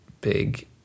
big